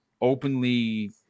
openly